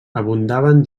abundaven